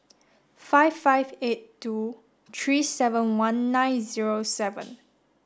five five eight two three seven one nine zero seven